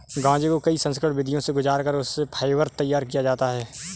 गांजे को कई संस्करण विधियों से गुजार कर उससे फाइबर तैयार किया जाता है